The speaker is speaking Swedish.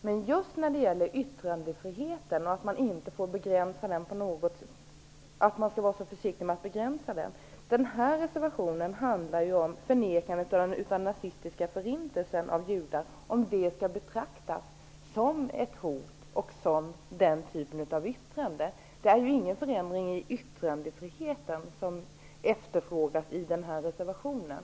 Men när det gäller just yttrandefriheten, att man skall vara så försiktig med att begränsa den, vill jag göra några kommentarer. Den här reservationen handlar ju om frågan om förnekande av den nazistiska förintelsen av judar skall betraktas som ett hot och som den typen av yttrande. Det är inte någon förändring i yttrandefriheten som efterfrågas i reservationen.